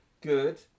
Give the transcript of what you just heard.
good